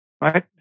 right